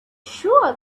sure